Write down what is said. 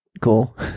cool